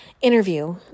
interview